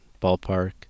ballpark